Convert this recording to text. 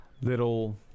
little